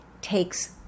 takes